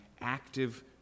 active